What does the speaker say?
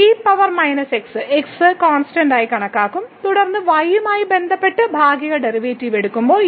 e power minus x constant ആയി കണക്കാക്കും തുടർന്ന് y യുമായി ബന്ധപ്പെട്ട് ഭാഗിക ഡെറിവേറ്റീവ് എടുക്കുമ്പോൾ